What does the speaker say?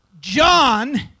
John